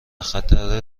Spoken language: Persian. خطر